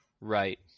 Right